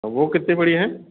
वह कितने बड़ी हैं